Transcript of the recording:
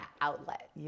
outlet